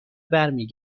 برمی